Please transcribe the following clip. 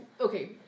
okay